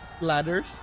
ladders